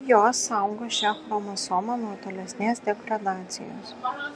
jos saugo šią chromosomą nuo tolesnės degradacijos